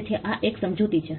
તેથી આ 1 સમજૂતી છે